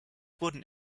wurden